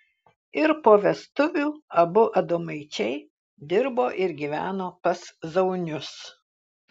ir po vestuvių abu adomaičiai dirbo ir gyveno pas zaunius